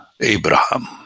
Abraham